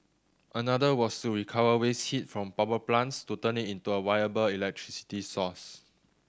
another was to recover waste heat from power plants to turn it into a viable electricity source